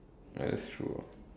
right that's true ah